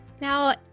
Now